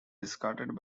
discarded